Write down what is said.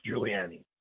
Giuliani